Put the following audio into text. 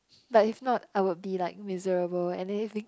but if not I would be like miserable and then if it